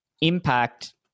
impact